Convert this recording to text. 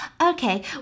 Okay